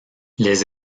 les